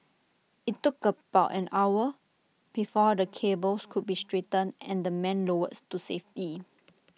IT took about an hour before the cables could be straightened and the men lowered to safety